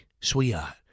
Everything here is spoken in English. sweetheart